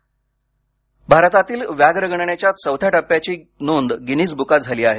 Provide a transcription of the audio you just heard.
वाघ जावडेकर भारतातील व्याघ्र गणनेच्या चौथ्या टप्प्याची नोंद गिनिज बुकात झाली आहे